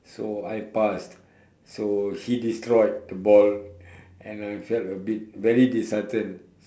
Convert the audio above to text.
so I passed so he destroyed the ball and I felt a bit very disheartened